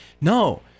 no